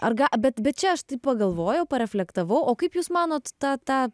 ar ga bet bet čia aš taip pagalvojau reflektavau o kaip jūs manote ta ta